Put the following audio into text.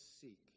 seek